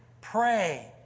pray